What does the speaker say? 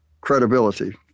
credibility